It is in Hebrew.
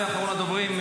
אחרון הדוברים,